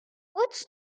what’s